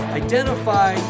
identify